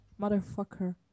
motherfucker